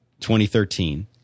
2013